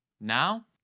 Now